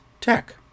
tech